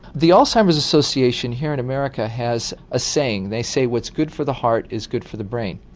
the alzheimer's association here in america has a saying, they say what's good for the heart is good for the brain.